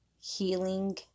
healing